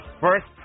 First